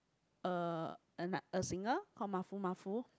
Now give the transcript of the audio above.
a anoth~ a singer called Mafumafu